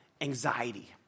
anxiety